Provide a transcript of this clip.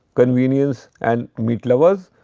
convenience, and meat lovers.